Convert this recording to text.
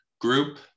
group